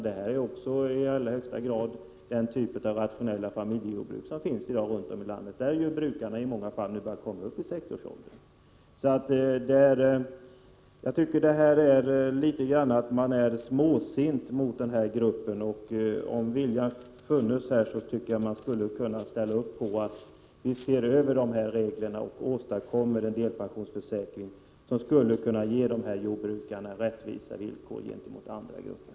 Det är i allra högsta grad fråga om en typ av rationella familjejordbruk som finns i dag runt om i landet. Brukarna på dessa gårdar kommer nu i många fall upp i 60-årsåldern. Ni är litet småsinta mot den här gruppen. Om viljan funnes skulle man kunna ställa upp bakom kravet på en översyn, så att vi åstadkommer en delpensionsförsäkring som skulle kunna ge dessa jordbrukare rättvisa villkor.